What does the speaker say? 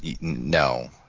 no